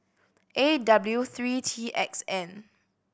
A W three T X N